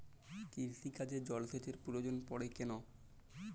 কৃষিকাজে জলসেচের প্রয়োজন পড়ে কেন?